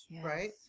right